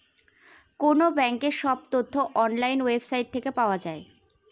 কোনো ব্যাঙ্কের সব তথ্য অনলাইন ওয়েবসাইট থেকে পাওয়া যায়